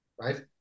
right